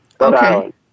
Okay